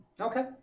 Okay